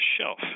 shelf